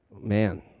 Man